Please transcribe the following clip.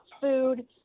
food